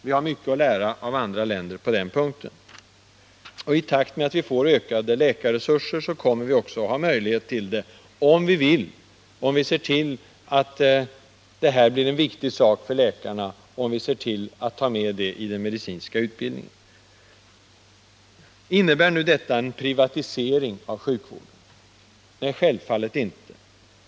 Vi har mycket att lära av andra länder på den punkten. I takt med ökade läkarresurser kommer det också att bli möjlighet till fler hembesök, om vi vill ha det så och om vi ser till att detta med hembesök blir en viktig sak för läkarna och att det tas med i den medicinska utbildningen. Innebär detta en privatisering av sjukvården? Självfallet inte.